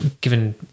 given